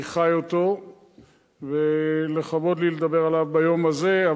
אני חי אותו ולכבוד לי לדבר עליו ביום הזה,